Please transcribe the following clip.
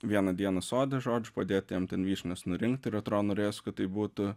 vieną dieną sode žodžiu padėt jam ten vyšnias nurinkt ir atrodo norėjosi kad tai būtų